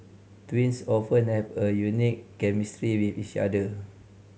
twins often have a unique chemistry with each other